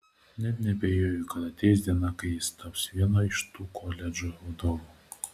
net neabejoju kad ateis diena kai jis taps vieno iš tų koledžų vadovu